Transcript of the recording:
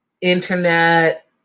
internet